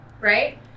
right